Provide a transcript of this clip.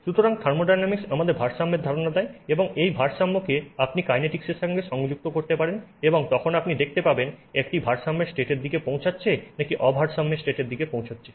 সুতরাং থার্মোডায়নামিক্স আমাদের ভারসাম্যের ধারণা দেয় এবং এই ভারসাম্য কে আপনি কাইনেটিকসের সাথে সংযুক্ত করতে পারেন এবং তখন আপনি দেখতে পাবেন একটি ভারসাম্যের স্টেট এর দিকে পৌঁছচ্ছে নাকি অ ভারসাম্যের স্টেট এর দিকে পৌঁছাচ্ছে